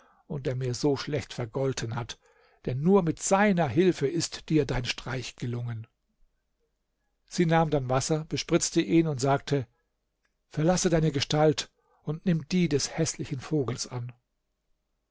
und der mir so schlecht vergolten hat denn nur mit seiner hilfe ist dir dein streich gelungen sie nahm dann wasser bespritzte ihn und sagte verlasse deine gestalt und nimm die des häßlichen vogels an